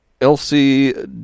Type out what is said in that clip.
Elsie